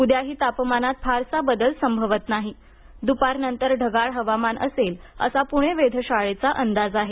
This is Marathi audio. उद्याही तापमानात फारसा बदल संभवत नाही दुपारनंतर ढगाळ हवामान असेल असा पुणे वेधशाळेचा अंदाज आहे